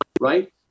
right